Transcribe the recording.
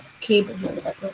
cable